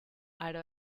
aro